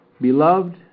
Beloved